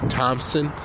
Thompson